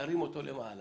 נרים אותו למעלה.